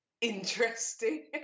interesting